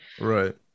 Right